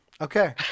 Okay